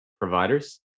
providers